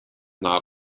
not